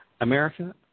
America